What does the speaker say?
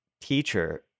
teacher